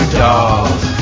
dolls